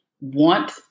want